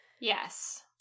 yes